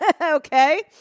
Okay